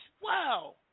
Wow